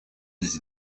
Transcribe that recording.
des